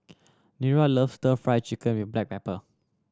Nira loves Stir Fry Chicken with black pepper